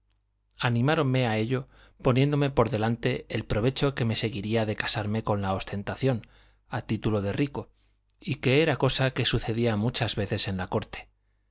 animáronme a ello poniéndome por delante el provecho que se me seguiría de casarme con la ostentación a título de rico y que era cosa que sucedía muchas veces en la corte